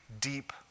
deep